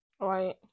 Right